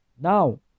Now